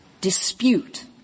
dispute